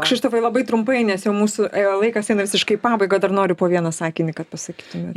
kšištofai tikrai labai trumpai nes jau mūsų laikas eina visiškai į pabaigą dar noriu po vieną sakinį kad pasakytumėt